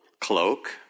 cloak